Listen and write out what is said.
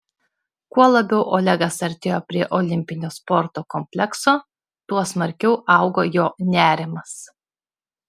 kuo labiau olegas artėjo prie olimpinio sporto komplekso tuo smarkiau augo jo nerimas